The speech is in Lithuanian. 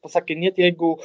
pasakinėt jeigu